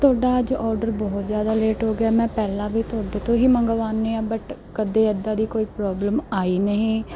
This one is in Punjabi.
ਤੁਹਾਡਾ ਅੱਜ ਆਡਰ ਬਹੁਤ ਜ਼ਿਆਦਾ ਲੇਟ ਹੋ ਗਿਆ ਮੈਂ ਪਹਿਲਾਂ ਵੀ ਤੁਹਾਡੇ ਤੋਂ ਹੀ ਮੰਗਵਾਉਦੀ ਹਾਂ ਬਟ ਕਦੇ ਇੱਦਾਂ ਦੀ ਕੋਈ ਪ੍ਰੋਬਲਮ ਆਈ ਨਹੀਂ